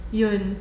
yun